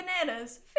banana's